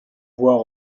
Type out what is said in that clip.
voir